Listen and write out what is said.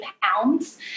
pounds